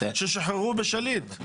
ששחרו עבור שליט.